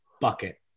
Bucket